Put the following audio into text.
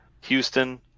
Houston